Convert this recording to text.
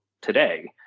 today